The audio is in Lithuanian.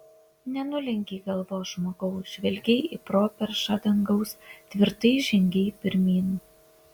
nenulenkei galvos žmogau žvelgei į properšą dangaus tvirtai žengei pirmyn